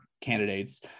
candidates